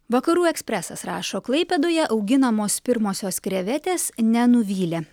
vakarų ekspresas rašo klaipėdoje auginamos pirmosios krevetės nenuvylė